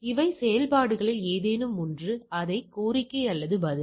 இவை செயல்பாடுகளில் ஏதேனும் ஒன்று அதாவது கோரிக்கை அல்லது பதில்